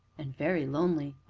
and very lonely!